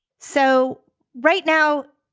so right now,